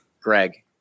Greg